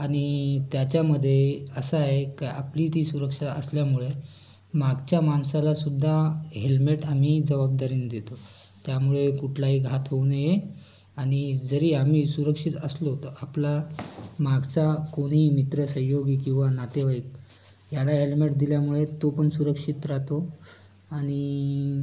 आणि त्याच्यामधे असं आहे कि आपली ती सुरक्षा असल्यामुळे मागच्या माणसाला सुद्धा हेल्मेट आम्ही जबाबदारीने देतो त्यामुळे कुठलाही घात होऊ नये आणि जरी आम्ही सुरक्षित असलो तर आपला मागचा कोणीही मित्र सहयोगी किंवा नातेवाईक याला हेल्मेट दिल्यामुळे तो पण सुरक्षित राहतो आणि